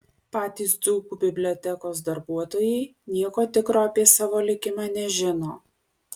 patys dzūkų bibliotekos darbuotojai nieko tikro apie savo likimą nežino